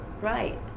right